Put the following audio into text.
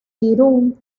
irún